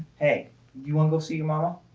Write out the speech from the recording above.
hey. do you wanna go see your momma?